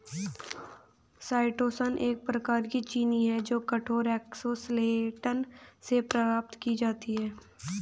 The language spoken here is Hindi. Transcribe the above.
काईटोसन एक प्रकार की चीनी है जो कठोर एक्सोस्केलेटन से प्राप्त की जाती है